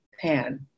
Pan